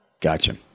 Gotcha